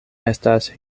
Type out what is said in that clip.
estas